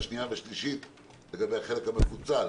השנייה והשלישית זה החלק המפוצל,